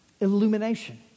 illumination